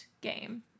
game